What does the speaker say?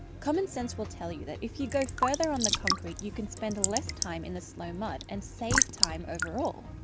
common sense will tell you that if you go further on the concrete you can spend less time in the slow mud and save time overall.